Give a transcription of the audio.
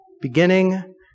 beginning